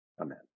Amen